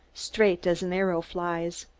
straight as an arrow flies.